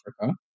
Africa